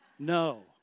No